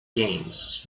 gains